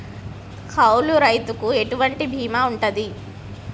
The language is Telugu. కౌలు రైతులకు ఎటువంటి బీమా ఉంటది?